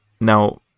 now